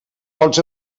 pots